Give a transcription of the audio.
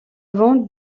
vente